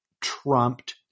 trumped